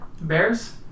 Bears